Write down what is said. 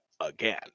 again